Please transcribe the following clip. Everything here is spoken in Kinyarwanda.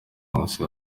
nkusi